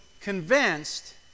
convinced